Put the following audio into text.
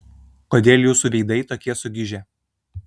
kodėl jūsų veidai tokie sugižę